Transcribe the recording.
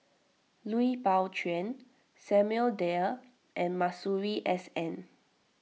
Lui Pao Chuen Samuel Dyer and Masuri S N